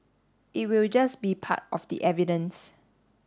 it will just be part of the evidence